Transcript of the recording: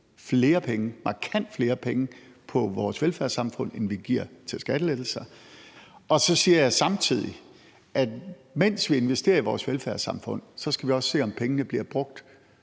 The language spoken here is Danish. flere penge – markant flere penge – på vores velfærdssamfund, end vi giver til skattelettelser. Og så siger jeg samtidig, at mens vi investerer i vores velfærdssamfund, skal vi også se, om pengene bliver brugt